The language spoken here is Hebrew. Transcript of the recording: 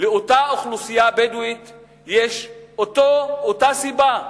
לאותה אוכלוסייה בדואית יש אותה סיבה,